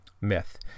myth